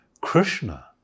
Krishna